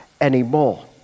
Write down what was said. anymore